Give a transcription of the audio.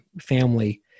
family